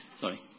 Sorry